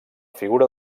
figura